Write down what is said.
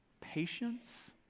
patience